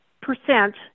percent